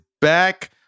back